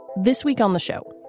this week on the show,